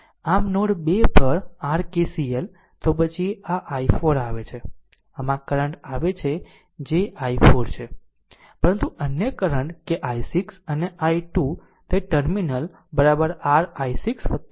આમ નોડ 2 પર r KCL તો પછી આ i4 આવે છે આમ આ કરંટ આવે છે જે i4 છે પરંતુ અન્ય કરંટ કે i6 અને i2 તે ટર્મિનલ r i6 i2 છે